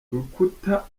rukuta